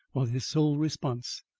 was his sole response.